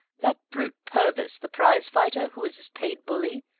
that brute purvis, the prize-fighter, who is his paid bully,